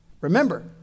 Remember